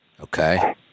Okay